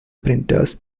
printers